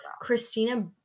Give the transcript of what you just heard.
Christina